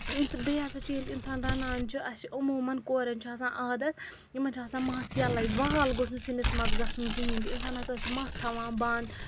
بیٚیہِ ہسا چھِ ییٚلہِ اِنسان رَنان چھُ اَسہِ چھُ عموٗماً کورٮ۪ن چھُ آسان عادَت یِمن چھِ آسان مَس یلَے وال گوٚژھ نہٕ سِنِس منٛز گژھُن کِہینۍ تہِ اِنسان ہسا چھِ مَس تھاوان بَنٛد